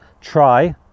Try